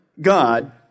God